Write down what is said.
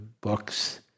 books